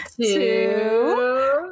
two